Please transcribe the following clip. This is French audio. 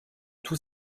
tous